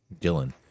Dylan